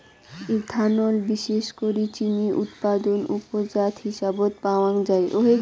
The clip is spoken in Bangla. ইথানল বিশেষ করি চিনি উৎপাদন উপজাত হিসাবত পাওয়াঙ যাই